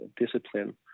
discipline